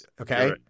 Okay